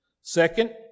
Second